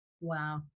Wow